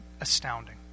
Astounding